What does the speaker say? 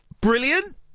brilliant